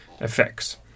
effects